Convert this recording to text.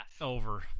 Over